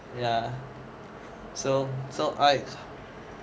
ya so so I